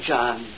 John